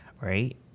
right